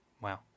wow